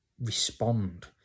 respond